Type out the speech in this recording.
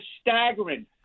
staggering